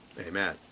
Amen